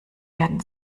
werden